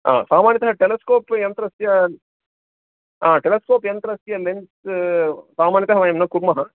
सामान्यतः टेलस्कोप् यन्त्रस्य टेलस्कोप् यन्त्रस्य लेन्स् सामान्यतः वयं न कुर्मः